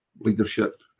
leadership